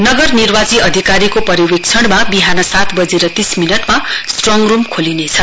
नगर निर्वाची अधिकारीको पर्यवेक्षणमा बिहान सात बजेर तीस मिनटमा स्ट्रङ रूम खोलिनेछ